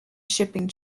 shopping